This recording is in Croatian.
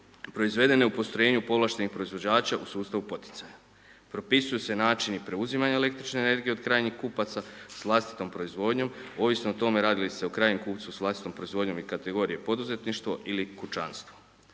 proizvedene u postrojenju povlaštenih proizvođača u sustavu poticaja. Propisuju se načini preuzimanja električne energije od krajnjih kupaca s vlastitom proizvodnjom ovisno o tome radi li se o krajnjem kupcu s vlastitom proizvodnjom i kategorije poduzetništvo ili kućanstvo.